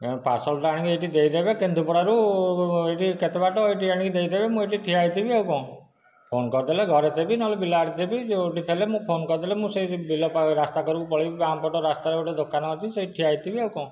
ପାର୍ସଲଟା ଆଣିକି ଏଠି ଦେଇଦେବେ କେନ୍ଦୁପଡ଼ାରୁ ଏଇଠି କେତେ ବାଟ ଏଇଠି ଆଣିକି ଦେଇଦେବେ ମୁଁ ଏଇଠି ଠିଆ ହେଇଥିବି ଆଉ କଣ ଫୋନ କରିଦେଲେ ଘରେ ଥିବି ନହେଲେ ବିଲ ଆଡ଼େ ଥିବି ଯେଉଁଠି ଥିଲେ ମୁଁ ଫୋନ କରିଦେଲେ ମୁଁ ସେଇ ବିଲ ରାସ୍ତା କଡ଼କୁ ପଳେଇବି ବାଁ ପଟ ରାସ୍ତାରେ ଗୋଟେ ଦୋକାନ ଅଛି ସେଇଠି ଠିଆ ହେଇଥିବି ଆଉ କଣ